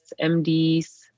MDs